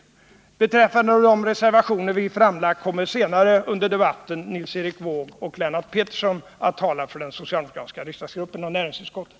Beträffande de reservationer som vi framlagt kommer senare under debatten Nils Erik Wååg och Lennart Pettersson att tala för de socialdemokratiska ledamöterna av näringsutskottet.